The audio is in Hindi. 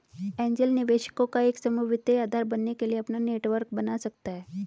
एंजेल निवेशकों का एक समूह वित्तीय आधार बनने के लिए अपना नेटवर्क बना सकता हैं